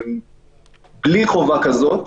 בלי חובה כזו,